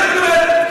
צריך לפרק את המינהלת.